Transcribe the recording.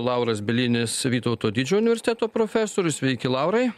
lauras bielinis vytauto didžiojo universiteto profesorius sveiki laurai